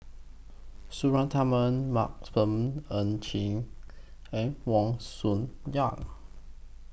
Suratman Ng Chiang and Wong